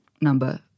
number